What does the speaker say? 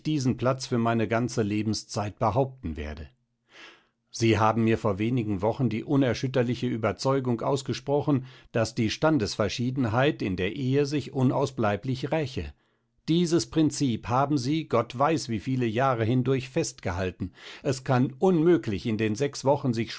diesen platz für meine ganze lebenszeit behaupten werde sie haben mir vor wenigen wochen die unerschütterliche ueberzeugung ausgesprochen daß die standesverschiedenheit in der ehe sich unausbleiblich räche dieses prinzip haben sie gott weiß wie viele jahre hindurch festgehalten es kann unmöglich in den sechs wochen